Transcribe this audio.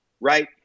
right